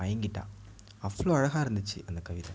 மயங்கிட்டாள் அவ்வளோ அழகாக இருந்துச்சு அந்த கவிதை